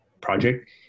project